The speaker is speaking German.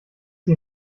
sie